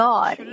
God